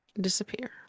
disappear